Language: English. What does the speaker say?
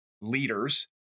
leaders